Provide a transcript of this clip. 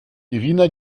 irina